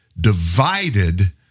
divided